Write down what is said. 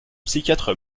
psychiatre